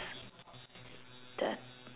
the